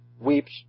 weeps